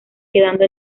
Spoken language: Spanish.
quedando